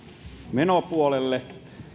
menopuolelle